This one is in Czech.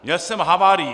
Měl jsem havárii.